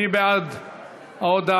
מי בעד ההודעה?